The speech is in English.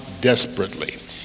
desperately